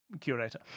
curator